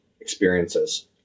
experiences